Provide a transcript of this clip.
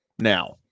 now